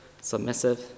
submissive